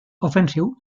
ofensiu